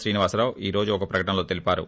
శ్రీనివాసరావు ఈ రోజు ఒక ప్రకటనలో తెలిపారు